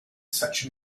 such